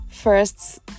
First